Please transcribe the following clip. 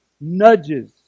nudges